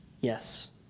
yes